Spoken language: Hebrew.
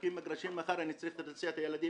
משווקים מגרשים מחר ואני צריך להסיע את הילדים